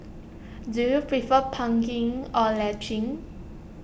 do you prefer pumping or latching